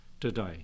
today